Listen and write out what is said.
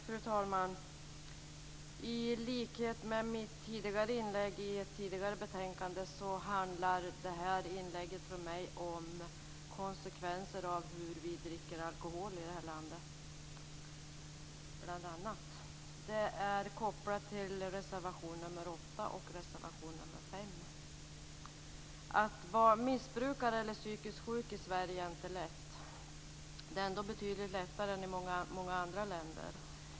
Fru talman! I likhet med mitt tidigare inlägg i ett tidigare betänkande handlar det här inlägget från mig bl.a. om konsekvenser av hur vi dricker alkohol i det här landet. Det är kopplat till reservation 8 och reservation 5. Att vara missbrukare eller psykiskt sjuk i Sverige är inte lätt. Det är ändå betydligt lättare än i många andra länder.